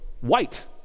white